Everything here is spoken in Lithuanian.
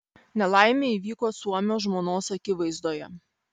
nelaimė įvyko suomio žmonos akivaizdoje